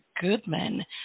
Goodman